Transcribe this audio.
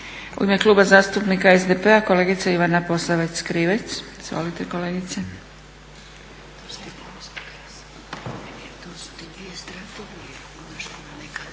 U ime Kluba zastupnika SDP-a kolegica Ivana Posavec Krivec. Izvolite kolegice.